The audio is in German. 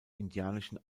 indianischen